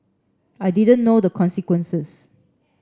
I didn't know the consequences